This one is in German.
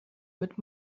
mit